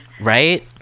right